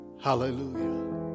Hallelujah